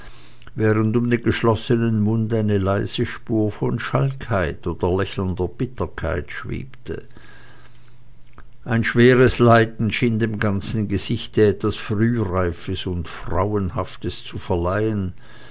während um den geschlossenen mund eine leise spur von schalkheit oder lächelnder bitterkeit schwebte ein schweres leiden schien dem ganzen gesichte etwas frühreifes und frauenhaftes zu verleihen